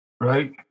right